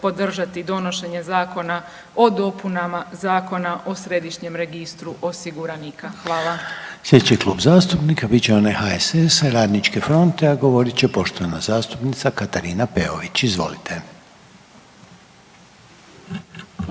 podržati donošenje Zakona o dopunama Zakona o Središnjem registri osiguranika. Hvala. **Reiner, Željko (HDZ)** Sljedeći klub zastupnika bit će onaj HSS-a i Radničke fronte, a govorit će poštovana zastupnica Katarina Peović. Izvolite.